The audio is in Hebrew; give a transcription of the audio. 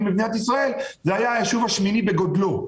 במדינת ישראל זה היה היישוב השמיני בגודלו.